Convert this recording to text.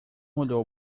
olhou